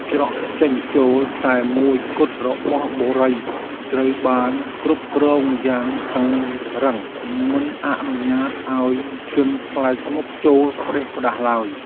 ច្រកចេញចូលតែមួយគត់របស់បុរីត្រូវបានគ្រប់គ្រងយ៉ាងតឹងរ៉ឹងមិនអនុញ្ញាតឱ្យជនប្លែកមុខចូលផ្តេសផ្តាសឡើយ។